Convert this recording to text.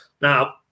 Now